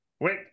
Wait